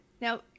Now